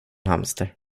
hamster